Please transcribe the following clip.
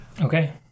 Okay